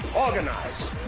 Organize